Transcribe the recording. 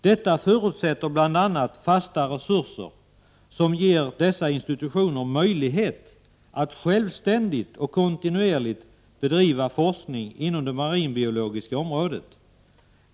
Detta förutsätter bl.a. fasta resurser som ger dessa institutioner möjlighet att självständigt och kontinuerligt bedriva forskning inom det marinbiologiska området.